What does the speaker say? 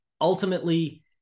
ultimately